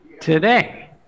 today